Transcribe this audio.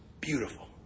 beautiful